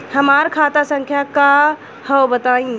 हमार खाता संख्या का हव बताई?